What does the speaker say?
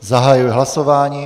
Zahajuji hlasování.